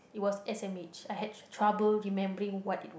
it was s_m_h I had trouble remembering what it